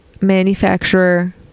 manufacturer